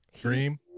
Dream